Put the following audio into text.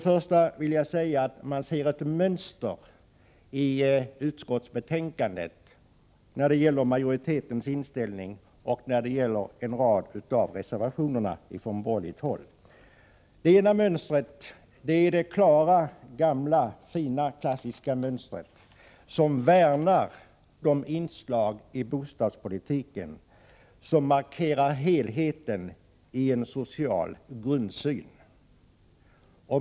Först vill jag säga att man kan se ett mönster i utskottsbetänkandet, när det gäller majoritetens inställning och när det gäller en rad av reservationerna från borgerligt håll. Det ena är det klara, gamla fina, klassiska mönstret som värnar om de inslag i bostadspolitiken som markerar helheten i en social grundsyn.